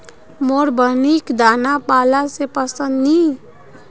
मोर बहिनिक दाना बाला सेब पसंद नी